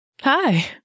Hi